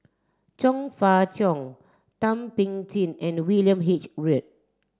Chong Fah Cheong Thum Ping Tjin and William H Read